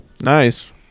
nice